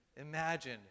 imagine